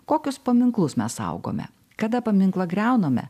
kokius paminklus mes saugome kada paminklą griauname